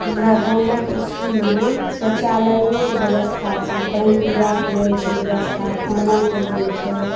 हमरा गामक स्कूलमे शौचालयोके बेबस्था छै पानि पिबाक लेल छै बेबस्था खानाके लेल छै